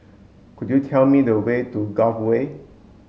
could you tell me the way to Gul Way